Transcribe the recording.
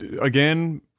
Again